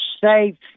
safe